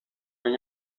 ven